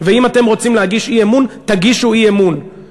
ואם אתם רוצים להגיש אי-אמון תגישו אי-אמון,